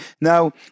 Now